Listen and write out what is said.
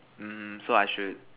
mmhmm so I should